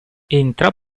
entra